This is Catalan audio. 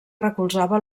recolzava